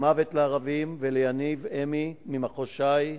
"מוות לערבים וליניב המי ממחוז ש"י",